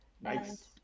nice